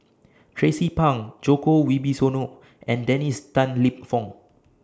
Tracie Pang Djoko Wibisono and Dennis Tan Lip Fong